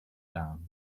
down